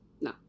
No